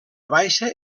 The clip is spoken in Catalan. baixa